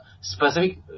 specific